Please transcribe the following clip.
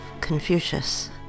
Confucius